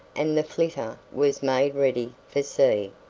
and the flitter was made ready for sea.